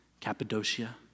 Cappadocia